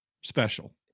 Special